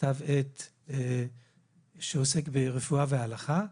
כתב עת שעוסק ברפואה והלכה,